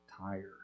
tired